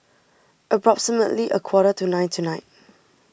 approximately a quarter to nine tonight